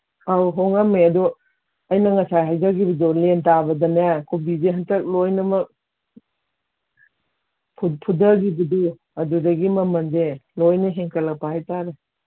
ꯑꯧ ꯍꯣꯡꯉꯝꯃꯦ ꯑꯗꯨ ꯑꯩꯅ ꯉꯁꯥꯏ ꯍꯥꯏꯖꯒꯤꯕꯗꯣ ꯂꯦꯟ ꯇꯥꯕꯗꯅꯦ ꯀꯣꯕꯤꯁꯦ ꯍꯟꯇꯛ ꯂꯣꯏꯅꯃꯛ ꯐꯨꯗꯒꯤꯕꯗꯣ ꯑꯗꯨꯗꯒꯤ ꯃꯃꯟꯁꯦ ꯂꯣꯏꯅ ꯍꯦꯟꯀꯠꯂꯛꯄ ꯍꯥꯏ ꯇꯥꯔꯦ